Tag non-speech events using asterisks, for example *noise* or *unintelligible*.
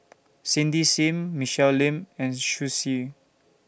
Cindy SIM Michelle Lim and *unintelligible* Xu